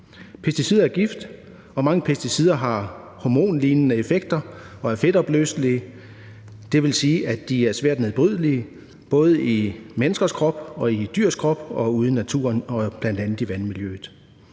Pesticider er gift, og mange pesticider har effekter, der ligner effekter fra hormoner, og er fedtopløselige. Det vil sige, at de er svært nedbrydelige, både i menneskers kroppe og i dyrs kroppe og ude i naturen, bl.a. i vandmiljøet.